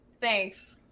Thanks